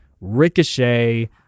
Ricochet